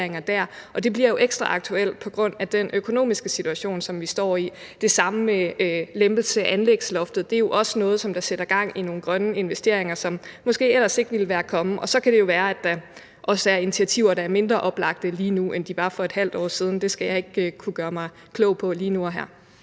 det bliver jo ekstra aktuelt på grund af den økonomiske situation, som vi står i. Det samme gælder for lempelsen af anlægsloftet; det er jo også noget, der sætter gang i nogle grønne investeringer, som måske ellers ikke ville være kommet. Og så kan det jo være, at der også er initiativer, der er mindre oplagte lige nu, end de var for et halvt år siden – det skal jeg ikke gøre mig klog på lige nu og her.